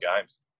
games